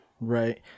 Right